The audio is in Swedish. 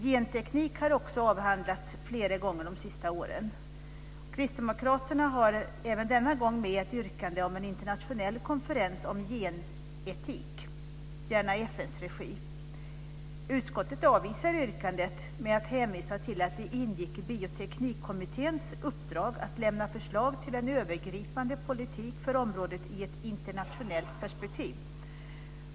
Genteknik har avhandlats flera gånger de senaste åren. Kristdemokraterna har även denna gång med ett yrkande om en internationell konferens om gen-etik, gärna i FN:s regi. Utskottet avvisar yrkandet med att hänvisa till att det ingick i Bioteknikkommitténs uppdrag att lämna förslag till en övergripande politik för området i ett internationellt perspektiv.